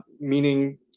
meaning